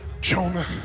Jonah